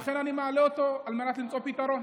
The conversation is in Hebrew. לכן אני מעלה אותו, על מנת למצוא פתרון.